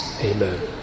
Amen